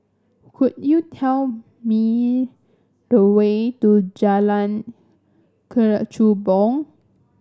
could you tell me the way to Jalan Kechubong